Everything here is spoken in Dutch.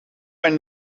mijn